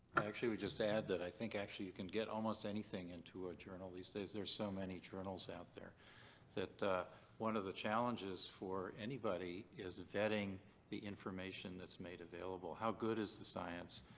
actually would just add that i think actually you can get almost anything into a journal these days. there's so many journals out there that one of the challenges for anybody is vetting the information that's made available. how good is the science?